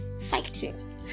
Fighting